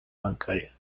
bancaria